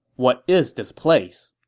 what is this place?